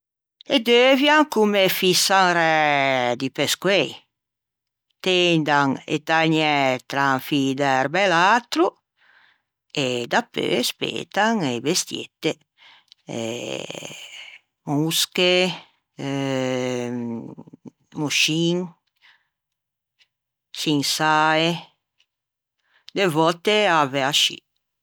Ê deuvian comme fïsan ræ di pescoei, tendan e tägnæ tra un fî d'erba e l'atro e dapeu spëtan e bestiete, eh mosche, moscin, çinsae de vòtte ave ascì.